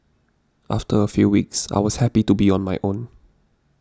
after a few weeks I was happy to be on my own